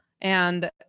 And-